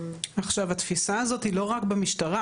עכשיו התפיסה הזאת היא לא רק במשטרה,